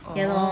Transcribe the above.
oh lol